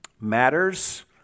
matters